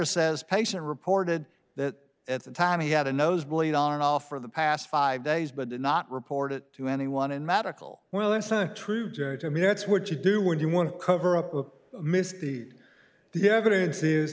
says patient reported that at the time he had a nose bleed on and off for the past five days but did not report it to anyone and medical well that's true i mean that's what you do when you want to cover up a misdeed the evidence is